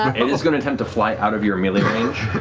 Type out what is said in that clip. and is going to attempt to fly out of your melee range,